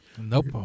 Nope